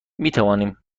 میتوانم